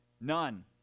None